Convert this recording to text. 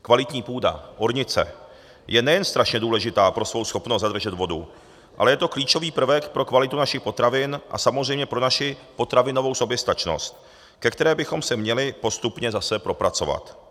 Kvalitní půda ornice je nejen strašně důležitá pro svou schopnost zadržet vodu, ale je to klíčový prvek pro kvalitu našich potravin a samozřejmě pro naši potravinovou soběstačnost, ke které bychom se měli postupně zase propracovat.